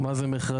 מה זה מכרזים,